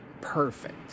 perfect